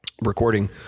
recording